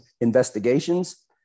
investigations